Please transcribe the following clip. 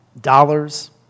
dollars